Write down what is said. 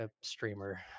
streamer